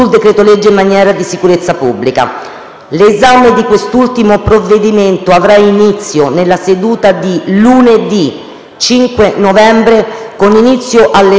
L'esame di quest'ultimo provvedimento avrà inizio nella seduta di lunedì 5 novembre, con inizio alle 9,30, e proseguirà martedì